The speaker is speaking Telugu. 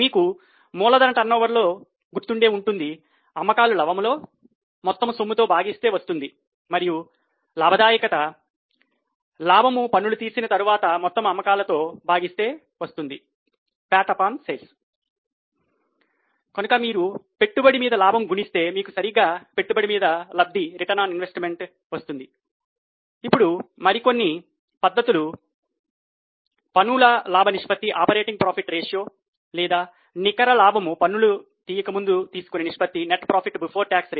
మీకు మూలధన టర్నోవరు లో గుర్తు ఉండే ఉంటుంది అమ్మకాలు లవములో మొత్తము సొమ్ము తో భాగిస్తే వస్తుంది మరియు లాభదాయకత లాభము పన్నులు తీసివేసిన తర్వాత మొత్తము అమ్మకాలతో భాగిస్తే వస్తుంది మరియు మిగతావి